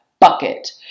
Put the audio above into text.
bucket